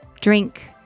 drink